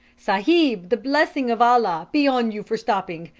sahib, the blessing of allah be on you for stopping.